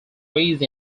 raised